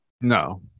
No